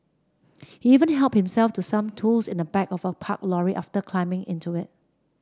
he even helped himself to some tools in the back of a parked lorry after climbing into it